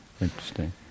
Interesting